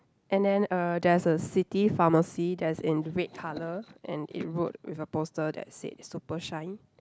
and then uh there's a city pharmacy that's in red colour and it wrote with a poster that said super shine